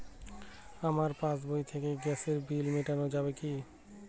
আমার পাসবই থেকে গ্যাসের বিল মেটানো যাবে কি?